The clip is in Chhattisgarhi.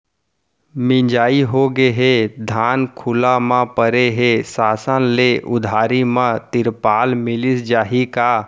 मिंजाई होगे हे, धान खुला म परे हे, शासन ले उधारी म तिरपाल मिलिस जाही का?